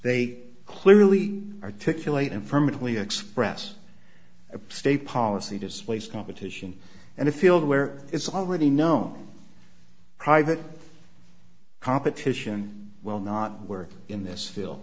they clearly articulate and permanently express a state policy displace competition and a field where it's already known private competition will not work in this field